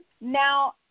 Now